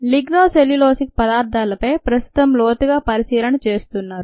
లిగ్నో cellulosic పదార్థాలపై ప్రస్తుతం లోతుగా పరిశీలిన చేస్తున్నారు